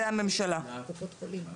המצוקות הן מאוד